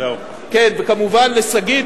וכמובן לשגית,